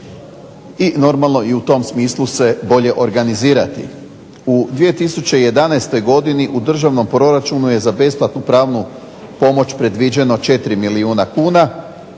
i normalno i u tom smislu se bolje organizirati. U 2011. godini u državnom proračunu je za besplatnu pravnu pomoć predviđeno 4 milijuna kuna,